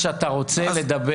זה מה שאתם רוצים?